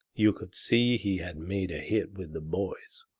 you could see he had made a hit with the boys.